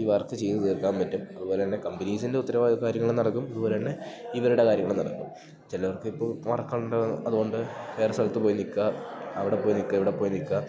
ഈ വർക്ക് ചെയ്ത് തീർക്കാൻ പറ്റും അതുപോലന്നെ കമ്പനീസിൻ്റെ ഉത്തരവാദിത്വ കാര്യങ്ങൾ നടക്കും അതുപോലന്നെ ഇവരുടെ കാര്യങ്ങളും നടക്കും ചെലവർക്കിപ്പോ വർക്കൊണ്ട് അതുകൊണ്ട് വേറെ സ്ഥലത്ത് പോയി നിക്കാ അവിടെ പോയി നിക്കാ ഇവിടെ പോയി നിക്കാ